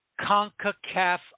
CONCACAF